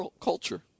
culture